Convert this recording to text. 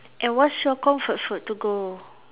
and what's your comfort food to go